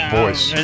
voice